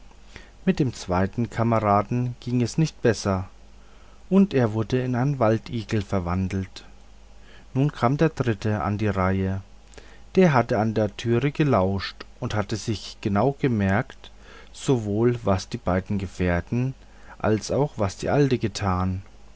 mit dem zweiten kameraden ging es nicht besser und er wurde in einen waldigel verwandelt nun kam der dritte an die reihe der hatte an der türe gelauscht und hatte sich genau gemerkt sowohl was die beiden gefährten als auch was die alte getan